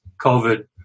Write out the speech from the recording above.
COVID